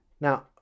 Now